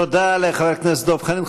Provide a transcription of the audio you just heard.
תודה לחבר הכנסת דב חנין.